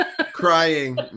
Crying